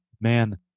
man